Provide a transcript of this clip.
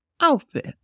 outfit